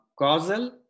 causal